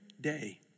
day